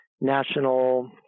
national